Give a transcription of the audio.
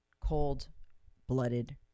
Cold-blooded